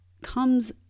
comes